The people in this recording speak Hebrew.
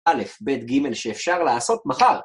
א', ב' ג', שאפשר לעשות מחר.